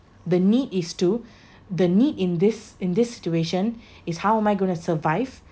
the need is to the need in this in this situation is how am I going to survive